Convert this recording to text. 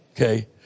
Okay